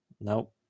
Nope